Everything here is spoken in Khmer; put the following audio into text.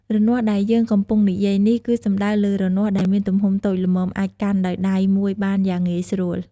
រនាស់ដែលយើងកំពុងនិយាយនេះ គឺសំដៅលើរនាស់ដែលមានទំហំតូចល្មមអាចកាន់ដោយដៃមួយបានយ៉ាងងាយស្រួល។